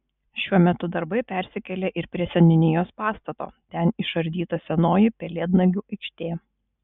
šiuo metu darbai persikėlė ir prie seniūnijos pastato ten išardyta senoji pelėdnagių aikštė